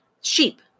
sheep